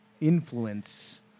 influence